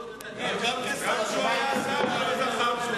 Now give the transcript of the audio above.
גם כשהוא היה שר הוא לא זכר שהוא שר.